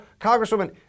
Congresswoman